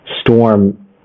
storm